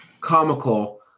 comical